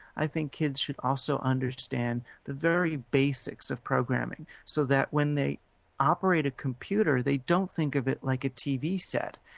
i think kids should also understand the very basics of programming, so that when they operate a computer, they don't think of it like a tv set.